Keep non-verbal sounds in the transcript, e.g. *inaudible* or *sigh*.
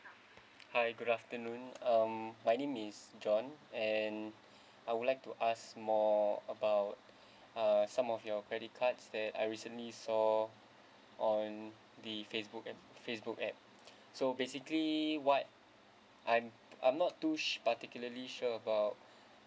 hi good afternoon um my name is john and *breath* I would like to ask more about *breath* uh some of your credit cards that I recently saw on the facebook ad facebook ad *breath* so basically what I'm I'm not too s~ particularly sure about *breath*